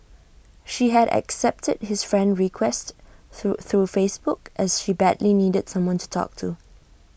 she had accepted his friend request through through Facebook as she badly needed someone to talk to